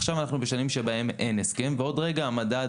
עכשיו אנחנו בשנים שבהן אין הסכם ועוד רגע המדד,